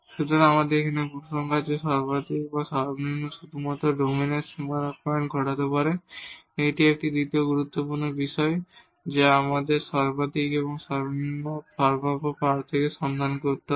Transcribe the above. সুতরাং এখানে উপসংহার যে মাক্সিমাম মিনিমাম শুধুমাত্র ডোমেনের বাউন্ডারি পয়েন্টে ঘটতে পারে এটি একটি এবং দ্বিতীয় গুরুত্বপূর্ণ বিষয় যা আমাদের মাক্সিমাম এবং মিনিমাম সম্ভাব্য প্রার্থীদের সন্ধান করতে হবে